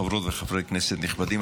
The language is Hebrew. חברות וחברי כנסת נכבדים,